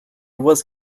was